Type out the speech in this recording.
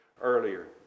earlier